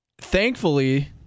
Thankfully